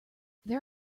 there